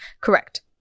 Correct